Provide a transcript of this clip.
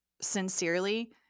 sincerely